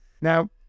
now